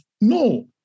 No